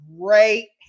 great